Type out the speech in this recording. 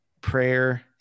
prayer